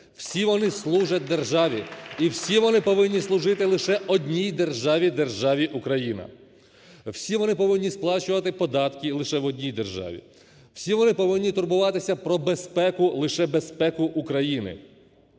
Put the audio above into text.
Всі вони служать державі. І всі вони повинні служити лише одній державі – державі Україна. Всі вони повинні сплачувати податки лише в одній державі. Всі вони повинні турбуватися про безпеку, лише безпеку України,